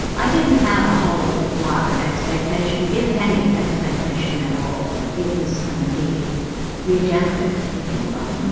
i didn't have a whole lot of expectation, if any expectation at all, that it was going to be redemptive, if you will.